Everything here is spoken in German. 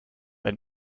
ein